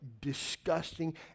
disgusting